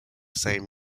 same